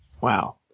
Wow